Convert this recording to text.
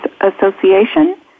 Association